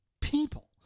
people